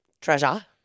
Treasure